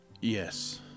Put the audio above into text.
Yes